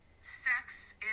sex